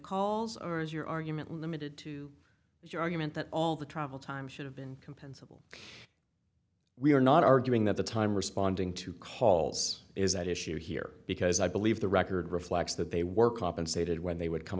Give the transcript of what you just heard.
calls or is your argument limited to your argument that all the travel time should have been compensable we are not arguing that the time responding to calls is at issue here because i believe the record reflects that they were compensated when they would come